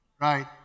right